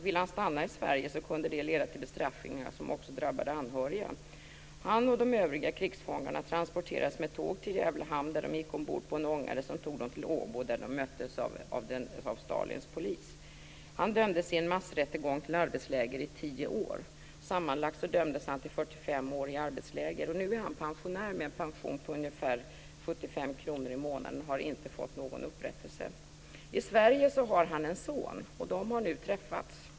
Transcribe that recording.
Ville han stanna i Sverige kunde det leda till bestraffningar som också drabbade anhöriga. Han och de övriga krigsfångarna transporterades med tåg till Gävle hamn där de gick ombord på en ångare som tog dem till Åbo där de möttes av Stalins polis. I en massrättegång dömdes Anatolij Emets till arbetsläger i tio år. Sammanlagt dömdes han till 45 år i arbetsläger. Nu är han pensionär, med en pension på ungefär 75 kr i månaden. Han har inte fått någon upprättelse. I Sverige har Anatolij Emets en son. De båda har nu träffats.